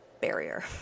barrier